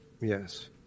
Yes